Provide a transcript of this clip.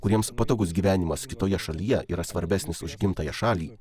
kuriems patogus gyvenimas kitoje šalyje yra svarbesnis už gimtąją šalį